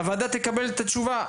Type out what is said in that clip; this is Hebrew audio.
הוועדה תקבל את התשובה.